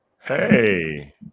hey